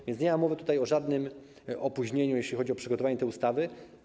A więc nie ma mowy o żadnym opóźnieniu, jeśli chodzi o przygotowanie tej ustawy.